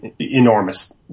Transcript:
enormous